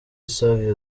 savio